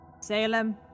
Salem